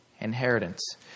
inheritance